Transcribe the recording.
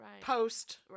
post